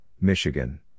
Michigan